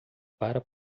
para